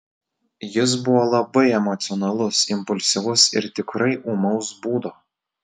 jis buvo labai emocionalus impulsyvus ir tikrai ūmaus būdo